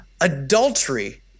adultery